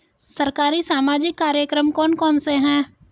सरकारी सामाजिक कार्यक्रम कौन कौन से हैं?